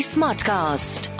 Smartcast